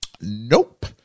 nope